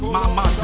Mama